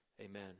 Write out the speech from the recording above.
Amen